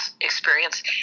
experience